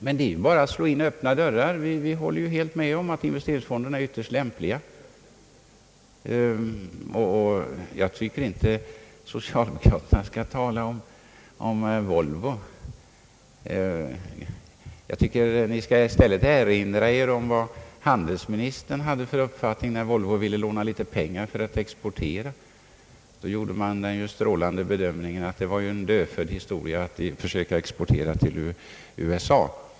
Men detta är ju att slå in öppna dörrar — vi håller helt med om att investeringsfonderna är = ytterst lämpliga. Jag tycker bara att när socialdemokraterna talar om Volvo skall de erinra sig vilken uppfattning handelsministern hade då Volvo ville låna lite pengar för att exportera sina bilar. Vid det tillfället gjorde man den verkligt strålande bedömningen att det var en dödfödd historia att försöka exportera bilar till USA.